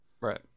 Right